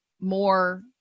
more